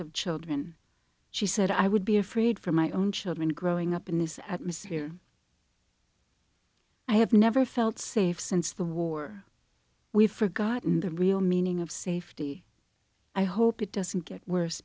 of children she said i would be afraid for my own children growing up in this atmosphere i have never felt safe since the war we've forgotten the real meaning of safety i hope it doesn't get worse